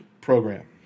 program